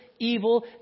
evil